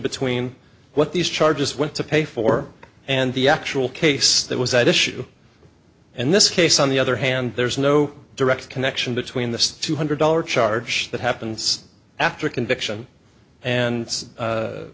between what these charges went to pay for and the actual case that was at issue and this case on the other hand there's no direct connection between the two hundred dollars charge that happens after a conviction and